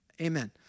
Amen